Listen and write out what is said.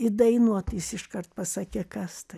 įdainuot jis iškart pasakė kas tai